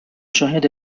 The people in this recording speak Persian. شاهد